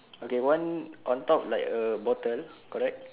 okay one on top like a bottle correct